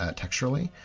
ah texturally.